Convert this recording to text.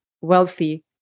wealthy